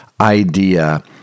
idea